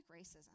racism